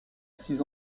six